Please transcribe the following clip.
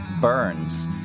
burns